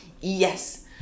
Yes